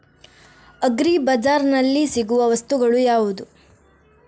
Agri ಬಜಾರ್ನಲ್ಲಿ ಸಿಗುವ ವಸ್ತುಗಳು ಯಾವುವು?